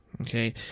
okay